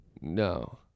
No